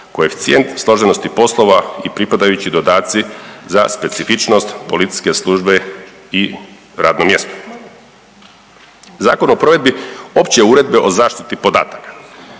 koeficijent složenosti poslova i pripadajući dodaci za specifičnost policijske službe i radno mjesto. Zakon o provedbi Opće uredbe o zaštiti podataka,